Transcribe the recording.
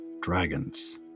Dragons